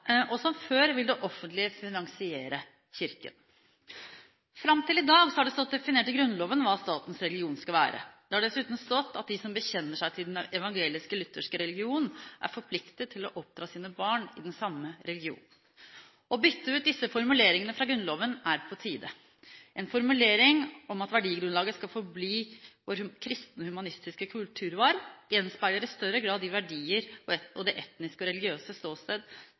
Som før vil det offentlige finansiere Kirken. Fram til i dag har det stått definert i Grunnloven hva statens religion skal være. Det har dessuten stått at de som bekjenner seg til den evangelisk–lutherske religion, er forpliktet til å oppdra sine barn i den samme religionen. Det er på tide å bytte ut disse formuleringene i Grunnloven. En formulering om at verdigrunnlaget skal forbli vår kristne, humanistiske kulturarv gjenspeiler i større grad de verdier og det etiske og religiøse